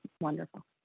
wonderful